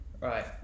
right